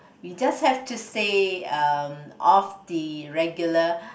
we just have to say uh of the regular